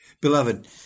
Beloved